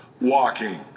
walking